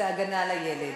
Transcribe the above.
זה הגנה על הילד.